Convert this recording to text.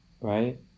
Right